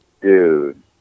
dude